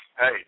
hey